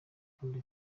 akunda